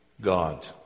God